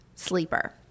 sleeper